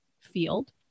field